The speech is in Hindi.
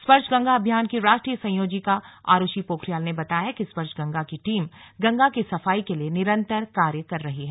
स्पर्श गंगा अभियान की राष्ट्रीय संयोजिका आरूषि पोखरियाल ने बताया कि स्पर्श गंगा की टीम गंगा की सफाई के लिए निरंतर कार्य कर रही है